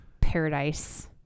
paradise